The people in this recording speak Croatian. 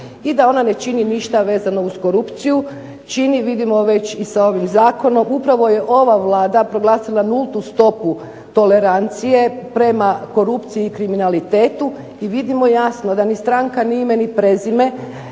i da ona ne čini ništa vezano uz korupciju. Čini vidimo već i sa ovim zakonom. Upravo je ova Vlada proglasila nultu stopu tolerancije prema korupciji i kriminalitetu. I vidimo da ni stranka, ni ime, ni prezime,